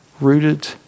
rooted